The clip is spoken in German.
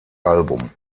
album